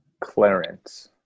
Clarence